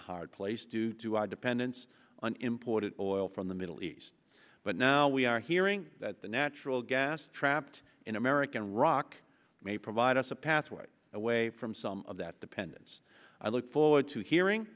a hard place due to our dependence on imported oil from the middle east but now we are hearing the natural gas trapped in american rock may provide us a pathway away from some of that the pendants i look forward to hearing